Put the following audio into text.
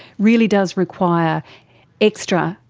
really does require extra,